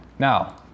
Now